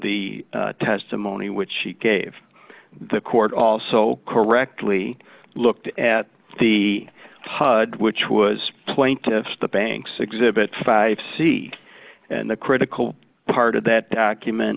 the testimony which she gave the court also correctly looked at the hud which was plaintiff's the banks exhibit five c and the critical part of that document